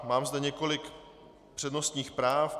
Mám zde několik přednostních práv.